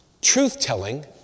Truth-telling